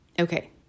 Okay